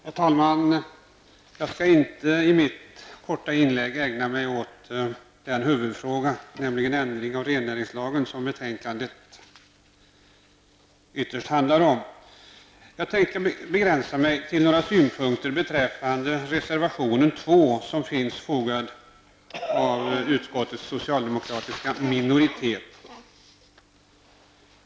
Herr talman! Jag skall i mitt korta inlägg inte ägna mig åt den huvudfråga, nämligen ändring i rennäringslagen, som betänkandet ytterst handlar om. Jag tänkte begränsa mig till några synpunkter beträffande reservation 2 från utskottets socialdemokratiska minoritet.